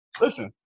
listen –